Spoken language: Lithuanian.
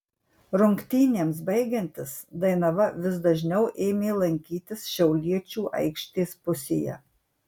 rungtynėms baigiantis dainava vis dažniau ėmė lankytis šiauliečių aikštės pusėje